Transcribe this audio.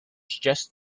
just